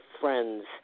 friends